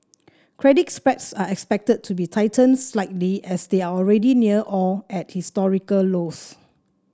credit spreads are expected to be tightened slightly as they are already near or at historical lows